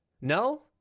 No